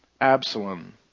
Absalom